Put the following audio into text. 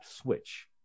switch